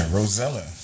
Rosella